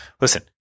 listen